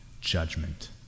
judgment